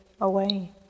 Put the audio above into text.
away